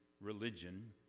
religion